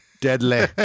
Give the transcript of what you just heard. deadly